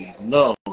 No